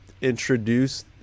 introduce